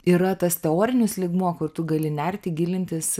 yra tas teorinis lygmuo kur tu gali nerti gilintis